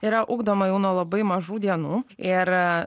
yra ugdoma jau nuo labai mažų dienų ir